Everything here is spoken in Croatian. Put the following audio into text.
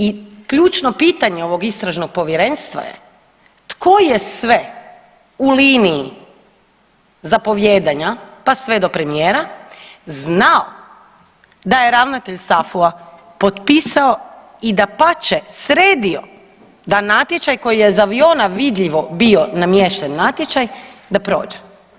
I ključno pitanje ovog istražnog povjerenstva je tko je sve u liniji zapovijedanja, pa sve do premijera znao da je ravnatelj SAFU-a potpisao i dapače sredio da natječaj koji je iz aviona vidljivo bio namješten natječaj da prođe.